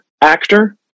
actor